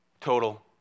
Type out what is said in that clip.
total